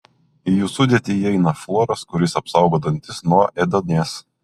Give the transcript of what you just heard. į jų sudėtį įeina fluoras kuris apsaugo dantis nuo ėduonies